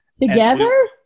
Together